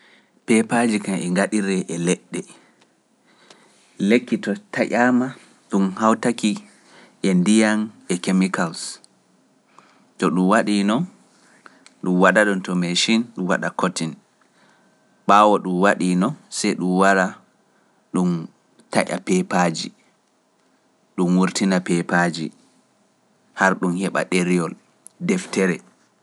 Peepaaji kam e ngaɗire e leɗɗe. Lekki to taƴaama ɗum hawtaki e ndiyam e chemicals. To ɗum waɗi non, ɗum waɗa ɗum to mechin, ɗum taya. Ɓaawo ɗum waɗi non, sei ɗum wara ɗum taƴa peepaaji, ɗum wurtina peepaaji, har ɗum heɓa ɗereyol, deftere.